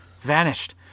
vanished